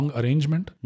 arrangement